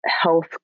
health